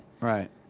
Right